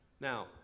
now